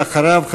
ואחריו,